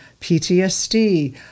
PTSD